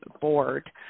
board